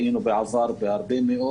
ובעבר היינו עם הרבה מאוד.